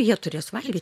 jie turės valgyt